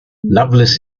loveless